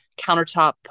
countertop